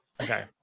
Okay